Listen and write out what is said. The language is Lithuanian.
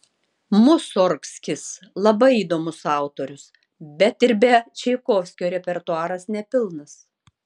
musorgskis labai įdomus autorius bet ir be čaikovskio repertuaras nepilnas